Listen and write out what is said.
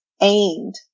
aimed